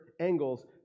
angles